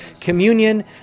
Communion